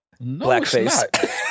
blackface